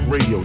Radio